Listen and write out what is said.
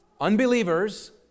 unbelievers